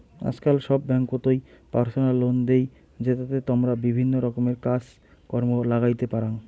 আজকাল সব ব্যাঙ্ককোতই পার্সোনাল লোন দেই, জেতাতে তমরা বিভিন্ন রকমের কাজ কর্ম লাগাইতে পারাং